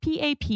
PAP